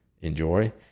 enjoy